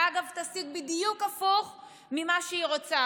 ואגב, היא תשיג בדיוק הפוך ממה שהיא רוצה.